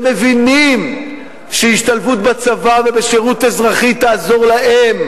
שמבינים שהשתלבות בצבא ובשירות אזרחי תעזור להם,